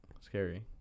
scary